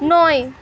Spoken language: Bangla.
নয়